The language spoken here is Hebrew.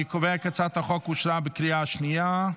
אני קובע כי הצעת החוק אושרה בקריאה השנייה.